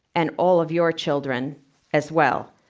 and all of your children as well.